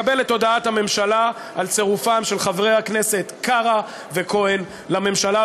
לקבל את הודעת הממשלה על צירופם של חברי הכנסת קרא וכהן לממשלה,